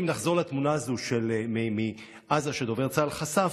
אם נחזור לתמונה הזו מעזה שדובר צה"ל חשף,